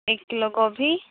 ایک کلو گوبھی